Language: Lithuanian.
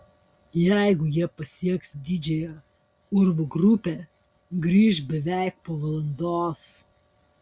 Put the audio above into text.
jeigu jie pasieks didžiąją urvų grupę grįš beveik po valandos